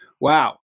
Wow